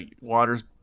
Water's